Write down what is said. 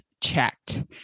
checked